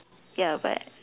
ya but